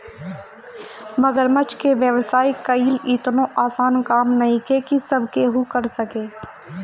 मगरमच्छ के व्यवसाय कईल एतनो आसान काम नइखे की सब केहू कर सके